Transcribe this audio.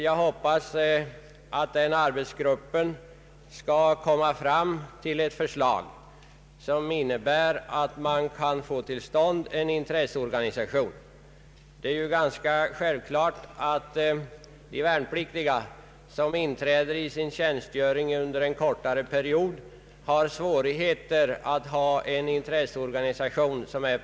Jag hoppas att denna arbetsgrupp skall komma fram till ett förslag som innebär att man kan få till stånd en intresseorganisation. Det är självklart att de värnpliktiga som fullgör tjänstgöring under en kortare period, har svårt att anordna en permanent intresseorganisation.